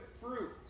fruit